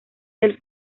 del